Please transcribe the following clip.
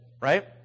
right